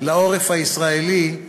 לעורף הישראלי,